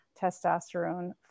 testosterone